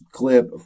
clip